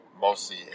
mostly